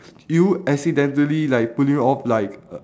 you accidentally like putting off like a